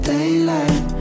Daylight